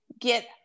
get